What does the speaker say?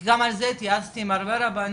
כי גם על זה, התייעצתי עם הרבה רבנים,